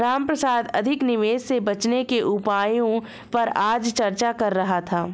रामप्रसाद अधिक निवेश से बचने के उपायों पर आज चर्चा कर रहा था